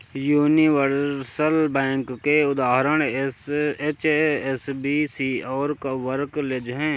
universal bank के उदाहरण HSBC और बार्कलेज हैं